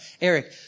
Eric